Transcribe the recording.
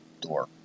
door